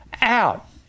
out